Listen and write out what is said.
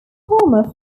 homer